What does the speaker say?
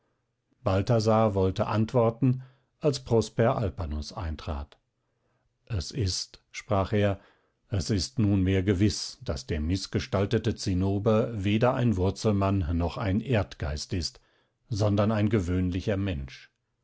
balthasar wollte antworten als prosper alpanus eintrat es ist sprach er es ist nunmehr gewiß daß der mißgestaltete zinnober weder ein wurzelmann noch ein erdgeist ist sondern ein gewöhnlicher mensch